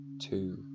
two